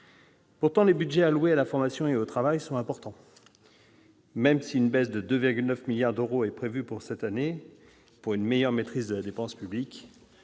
Pourtant, les budgets alloués à la formation et au travail sont importants, même si une baisse de 2,9 milliards d'euros est prévue pour l'année prochaine, pour une meilleure maîtrise de la dépense publique.